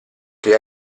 che